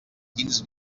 quins